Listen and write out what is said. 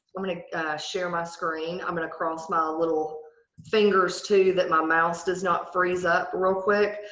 i'm gonna share my screen. i'm gonna cross my little fingers too that my mouse does not freeze up real quick.